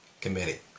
Committee